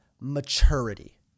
Maturity